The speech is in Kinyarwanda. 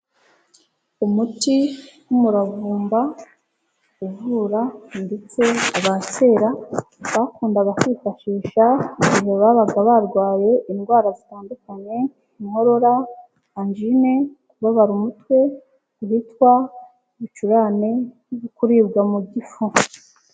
Umuti wumuravumba uvura ndetse aba kera bakundaga kwifashisha igihe babaga barwaye indwara zitandukanye: inkorora, anjine, kubabara umutwe witwa ibicurane no kuribwa mu igifu.